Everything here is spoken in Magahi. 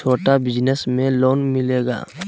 छोटा बिजनस में लोन मिलेगा?